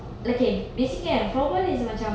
looking be scared probably isn't it